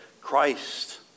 Christ